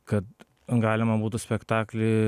kad galima būtų spektaklį